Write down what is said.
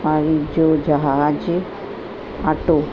पाणी जो जहाज आटो